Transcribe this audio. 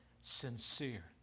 sincere